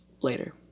Later